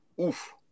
Oof